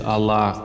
Allah